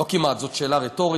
לא כמעט, זאת שאלה רטורית.